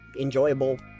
enjoyable